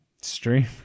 Stream